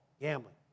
gambling